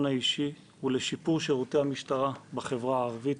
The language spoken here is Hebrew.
האישי ולשיפור שירותי המשטרה בחברה הערבית,